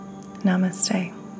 Namaste